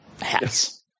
hats